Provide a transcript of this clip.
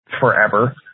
forever